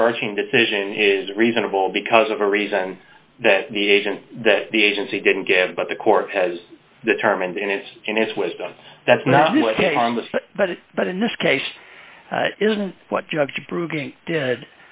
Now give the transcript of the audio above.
overarching decision is reasonable because of a reason that the agent that the agency didn't give but the court has determined in its in its wisdom that's not but but in this case isn't what do you have to prove